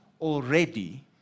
already